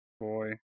Boy